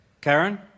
karen